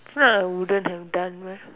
if not I wouldn't have done well